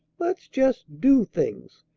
let's just do things,